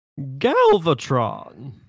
Galvatron